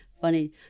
Funny